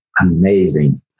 amazing